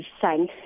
son